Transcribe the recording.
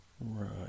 Right